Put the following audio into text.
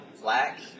black